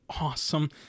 awesome